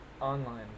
online